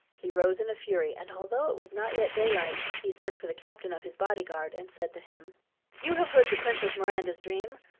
he rose in a fury, and although it was not yet daylight, he sent for the captain of his bodyguard, and said to him you have heard the princess miranda's dream?